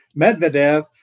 medvedev